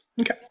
Okay